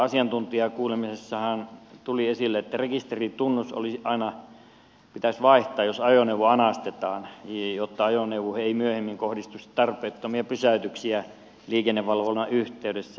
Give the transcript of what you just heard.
asiantuntijakuulemisessahan tuli esille että rekisteritunnus pitäisi aina vaihtaa jos ajoneuvo anastetaan jotta ajoneuvoon ei myöhemmin kohdistuisi tarpeettomia pysäytyksiä liikennevalvonnan yhteydessä